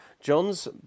John's